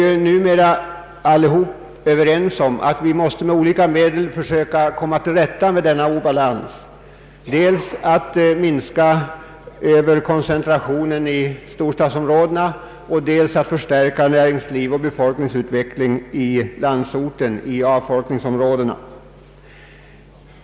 Vi är numera alla överens om att vi måste med olika medel söka komma till rätta med denna obalans genom att dels minska överkoncentrationen i storstadsområdena, dels förstärka näringsliv och befolkningsutveckling i landsorten, i avfolkningsområdena.